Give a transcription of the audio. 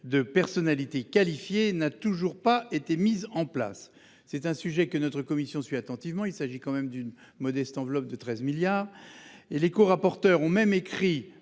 de personnalités qualifiées n'a toujours pas été mise en place, c'est un sujet que notre commission suit attentivement. Il s'agit quand même d'une modeste enveloppe de 13 milliards et les co-rapporteurs ont même écrit.